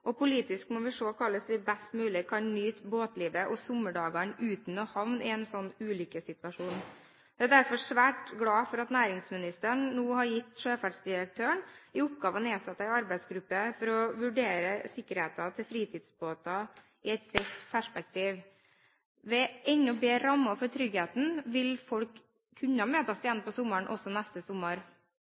og vi politikere må vi se på hvordan vi best mulig kan nyte båtlivet og sommerdagene uten å havne i en sånn ulykkessituasjon. Jeg er derfor svært glad for at næringsministeren nå har gitt sjøfartsdirektøren i oppgave å nedsette en arbeidsgruppe for å vurdere sikkerheten til fritidsbåter i et bredt perspektiv. Ved enda bedre rammer for tryggheten vil folk kunne møtes igjen også neste sommer